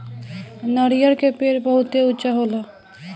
नरियर के पेड़ बहुते ऊँचा होला